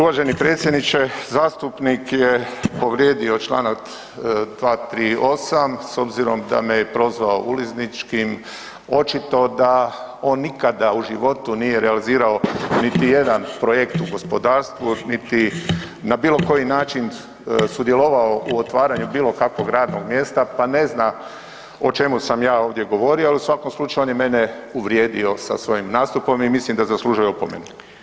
Uvaženi predsjedniče, zastupnik je povrijedio Članak 238. s obzirom da me je prozvao ulizničkim, očito da on nikada u životu nije realizirao niti jedan projekt u gospodarstvu niti na bilo koji način sudjelovao u otvaranju bilo kakvog radnog mjesta pa ne zna o čemu sam ja ovdje govorio, ali u svakom slučaju on je mene uvrijedio sa svojim nastupom i mislim da zaslužuje opomenu.